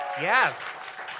Yes